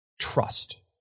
trust